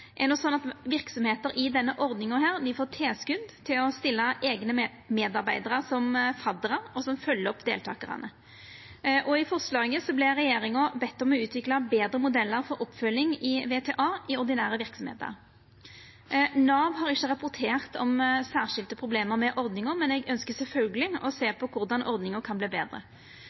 i denne ordninga får tilskot til å stilla med eigne medarbeidarar som fadrar som følgjer opp deltakarane. I forslaget vert regjeringa bedt om å utvikla betre modellar for oppfølging i VTA i ordinære verksemder. Nav har ikkje rapportert om særskilde problem med ordninga, men eg ønskjer sjølvsagt å sjå på korleis ordninga kan verta betre.